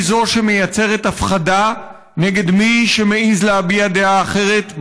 היא שמייצרת הפחדה נגד מי שמעז להביע דעה אחרת,